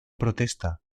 protesta